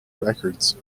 records